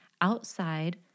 outside